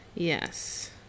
yes